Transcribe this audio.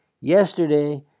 yesterday